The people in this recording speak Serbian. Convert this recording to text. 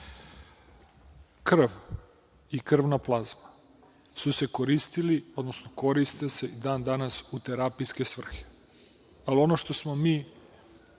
Krv i krvna plazma su se koristili, odnosno koriste se i dan-danas, u terapijske svrhe. Ali, ono što smo mi